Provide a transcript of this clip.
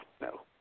No